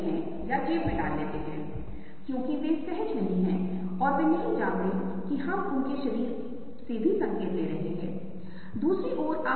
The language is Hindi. लेकिन दिन के अंत में हमारे पास क्या है जो हम अनुभव करते हैं वह अनुभूति है और मैंने आपके साथ जल्दी से साझा किया है कि यह कैसे होता है